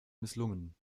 misslungen